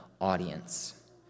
audience